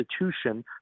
institution